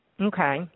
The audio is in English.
Okay